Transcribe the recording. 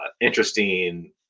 interesting